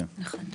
נכון.